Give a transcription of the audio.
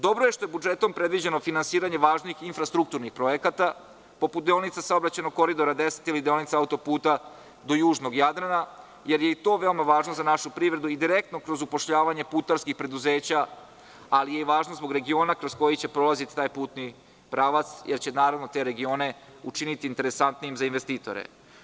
Dobro je što je budžetom predviđeno finansiranje važnih infrastrukturnih projekata, poput deonice saobraćajnog Koridora 10 ili deonice autoputa do južnog Jadrana, jer je i to veoma važno za našu privredu direktno kroz upošljavanje putarskih preduzeća, ali je važno zbog regiona kroz koji će prolaziti putni pravac, jer će te regione učiniti interesantnijim za investitore.